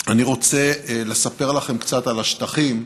אני רוצה לספר לכם קצת על השטחים,